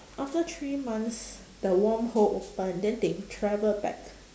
after three months the wormhole open then they travel back